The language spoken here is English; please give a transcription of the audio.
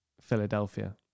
Philadelphia